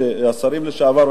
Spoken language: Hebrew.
שרים לשעבר,